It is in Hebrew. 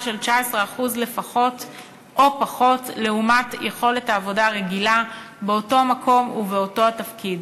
של 19% או פחות לעומת יכולת העבודה הרגילה באותו מקום ובאותו התפקיד.